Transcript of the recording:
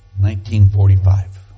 1945